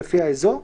לפי האזור".